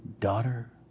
daughter